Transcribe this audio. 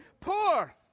poor